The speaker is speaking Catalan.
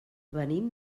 venim